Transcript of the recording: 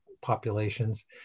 populations